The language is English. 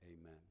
amen